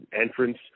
entrance